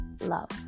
love